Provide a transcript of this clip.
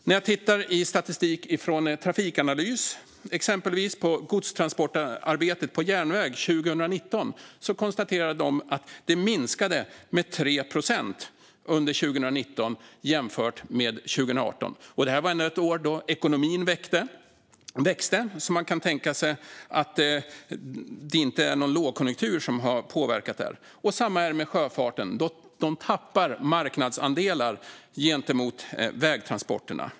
När jag tittar på statistik från exempelvis Trafikanalys om godstransportarbetet på järnväg ser jag att det minskade med 3 procent under 2019 jämfört med 2018. Det var ändå ett år då ekonomin växte, så man kan tänka att det inte är någon lågkonjunktur som har påverkat det. Samma är det med sjöfarten - den tappar marknadsandelar gentemot vägtransporterna.